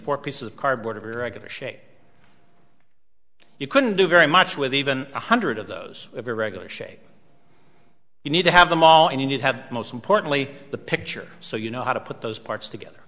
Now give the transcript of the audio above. four pieces of cardboard of irregular shape you couldn't do very much with even one hundred of those irregular shape you need to have them all and you'd have most importantly the picture so you know how to put those parts together